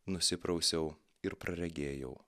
nusiprausiau ir praregėjau